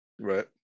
Right